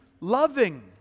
loving